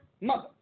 mother